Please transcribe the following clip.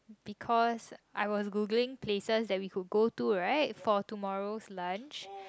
because I was Google places that we could go to right for tomorrows lunch